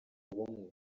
ubumwe